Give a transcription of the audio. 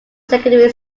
secondary